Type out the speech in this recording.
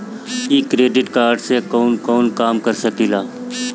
इ debit card से कवन कवन काम कर सकिला?